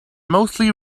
mostly